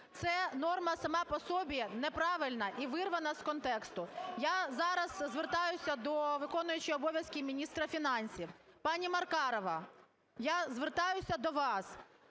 Ця норма сама по собі неправильна і вирвана з контексту. Я зараз звертаюся до виконуючої обов'язки міністра фінансів. Пані Маркарова, я звертаюся до вас,